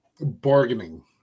bargaining